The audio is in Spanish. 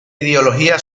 ideología